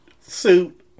suit